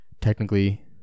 Technically